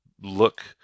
look